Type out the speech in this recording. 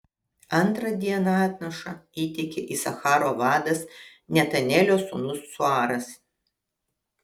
antrą dieną atnašą įteikė isacharo vadas netanelio sūnus cuaras